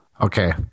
Okay